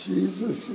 Jesus